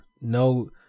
no